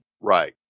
Right